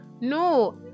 No